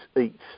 eats